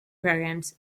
programs